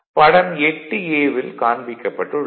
படம் 8a ல் காண்பிக்கப்பட்டுள்ளது